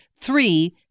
three